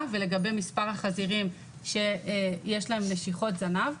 ולגבי מספר החזירים שיש להם נשיכות זנב.